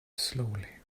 slowly